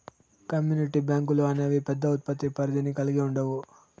community బ్యాంకులు అనేవి పెద్ద ఉత్పత్తి పరిధిని కల్గి ఉండవు